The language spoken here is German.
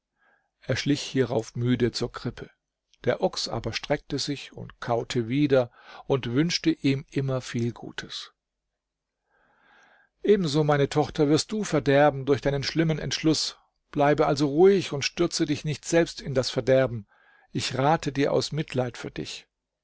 er schlich hierauf müde zur krippe der ochs aber streckte sich und kaute wieder und wünschte ihm immer viel gutes ebenso meine tochter wirst du verderben durch deinen schlimmen entschluß bleibe also ruhig und stürze dich nicht selbst in das verderben ich rate dir aus mitleid für dich